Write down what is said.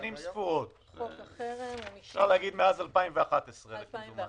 שנים ספורות, אפשר להגיד מאז 2011 כמדומני.